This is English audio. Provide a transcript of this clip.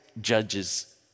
judges